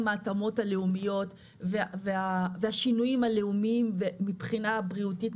ההתאמות הלאומיות והשינויים הלאומיים מבחינה בריאותית,